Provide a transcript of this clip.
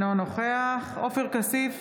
אינו נוכח עופר כסיף,